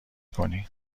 کنی